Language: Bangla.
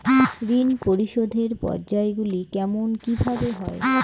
ঋণ পরিশোধের পর্যায়গুলি কেমন কিভাবে হয়?